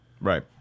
Right